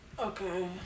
Okay